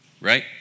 Right